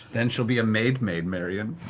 then she'll be a made maid marion.